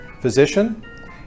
physician